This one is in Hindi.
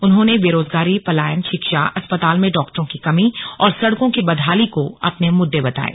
उन्होंने बेरोजगारी पलायन शिक्षा अस्पताल में डॉक्टरों की कमी और सड़कों की बदहाली को अपने मुद्दे बताये